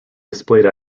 displayed